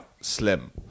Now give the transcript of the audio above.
slim